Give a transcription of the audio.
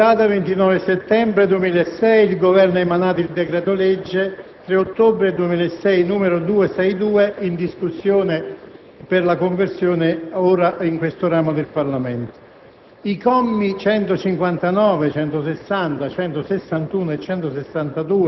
Onorevole Presidente, onorevoli rappresentanti del Governo, onorevoli senatori, in data 29 settembre 2006, il Governo ha emanato il decreto-legge 3 ottobre 2006, n. 262, ora in discussione per la conversione in questo ramo del Parlamento.